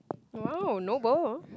!wow! noble